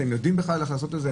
אתם יודעים בכלל איך לעשות את זה?